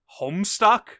homestuck